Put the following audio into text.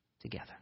together